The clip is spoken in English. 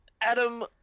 Adam